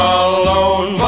alone